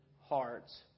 hearts